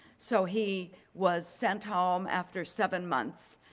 so he was sent home after seven months,